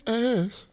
ass